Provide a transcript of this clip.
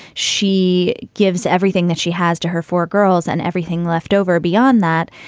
she gives everything that she has to her for girls and everything leftover beyond that.